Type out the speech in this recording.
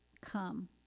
Come